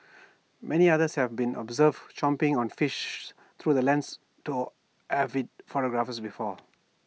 many other been observed chomping on fish through the lens avid photographers before